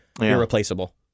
irreplaceable